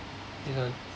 this one